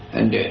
and